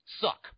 Suck